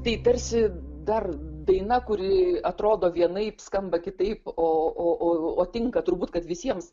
tai tarsi dar daina kuri atrodo vienaip skamba kitaip o o o tinka turbūt kad visiems